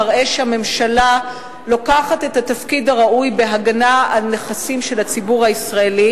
מראה שהממשלה לוקחת את התפקיד הראוי בהגנה על נכסים של הציבור הישראלי.